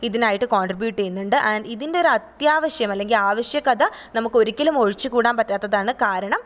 ഇതിനായിട്ട് കോണ്ട്രിബ്യൂട്ട് ചെയ്യുന്നുണ്ട് ആന്ഡ് ഇതിന്റെ ഒരു അത്യാവശ്യം അല്ലെങ്കില് ആവിശ്യകത നമ്മൾക്ക് ഒരിക്കലും ഒഴിച്ചുകൂടാന് പറ്റാത്തതാണ് കാരണം